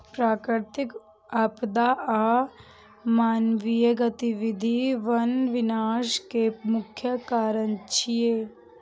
प्राकृतिक आपदा आ मानवीय गतिविधि वन विनाश के मुख्य कारण छियै